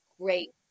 great